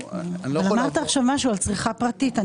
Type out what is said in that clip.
אין לנו כלי לכפות על